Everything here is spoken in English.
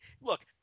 look